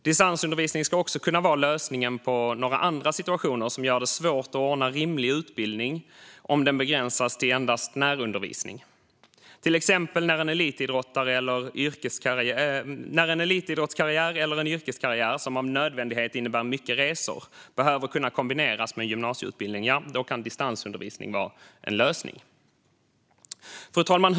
Distansundervisning ska också kunna vara lösningen på några andra situationer som gör det svårt att ordna rimlig utbildning om den begränsas till endast närundervisning. Till exempel när en elitidrottskarriär eller yrkeskarriär som av nödvändighet innebär mycket resor behöver kunna kombineras med en gymnasieutbildning kan distansundervisning vara en lösning. Fru talman!